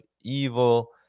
evil